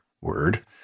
word